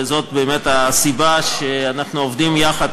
וזאת באמת הסיבה לכך שאנחנו עובדים יחד